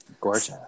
gorgeous